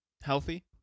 Healthy